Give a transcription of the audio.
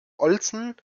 olsen